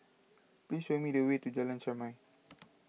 please show me the way to Jalan Chermai